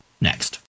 next